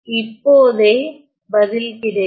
இப்போதே பதில் கிடைக்கும்